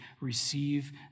receive